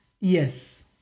Yes